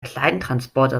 kleintransporter